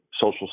social